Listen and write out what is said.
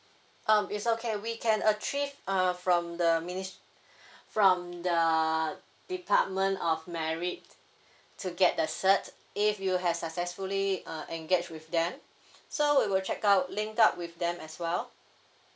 um it's okay we can achieve uh from the minist~ from the department of married to get the cert if you have successfully uh engaged with them so we will check out link up with them as well